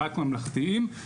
רק ממלכתיים.